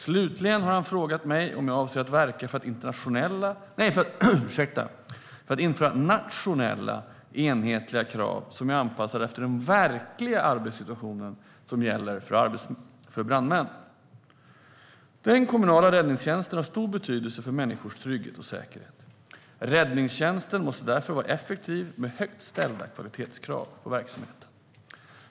Slutligen har han frågat mig om jag avser att verka för att införa nationella enhetliga krav som är anpassade efter den verkliga arbetssituation som gäller för brandmän. Den kommunala räddningstjänsten har stor betydelse för människors trygghet och säkerhet. Räddningstjänsten måste därför vara effektiv med högt ställda kvalitetskrav på verksamheten.